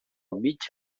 mig